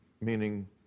Meaning